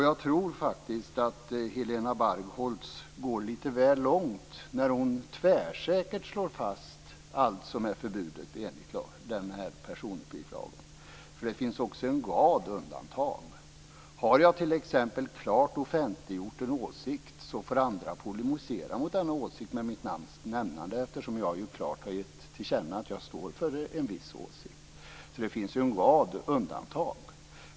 Jag tror faktiskt att Helena Bargholtz går lite väl långt när hon tvärsäkert slår fast allt som är förbjudet enligt personuppgiftslagen. Det finns också en rad undantag. Har jag t.ex. klart offentliggjort en åsikt får andra polemisera mot denna åsikt med mitt namns nämnande, eftersom jag klart har gett till känna att jag står för en viss åsikt. Det finns en rad undantag.